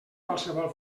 qualsevol